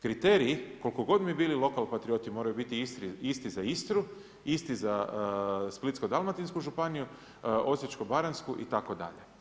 Kriterij koliko god mi bili lokal patrioti moraju biti isti za Istru, isti za Splitsko-dalmatinsku županiju, Osječko-baranjsku itd.